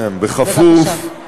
בבקשה.